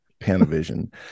Panavision